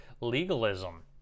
legalism